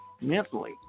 Mentally